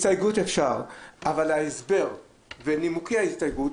הסתייגות אפשר אבל ההסבר ונימוקי ההסתייגות,